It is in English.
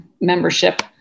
membership